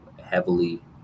heavily